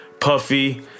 puffy